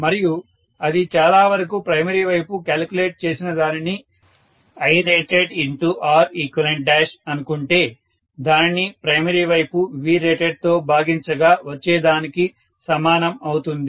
మరియు అది చాలా వరకు ప్రైమరీ వైపు క్యాలిక్యులేట్ చేసిన దానిని IratedReqi అనుకుంటే దానిని ప్రైమరీ వైపు Vrated తో భాగించగా వచ్చే దానికి సమానం అవుతుంది